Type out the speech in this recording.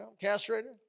Castrated